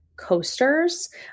coasters